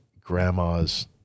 grandma's